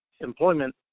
employment